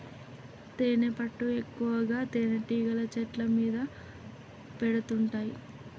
తేనెపట్టు ఎక్కువగా తేనెటీగలు చెట్ల మీద పెడుతుంటాయి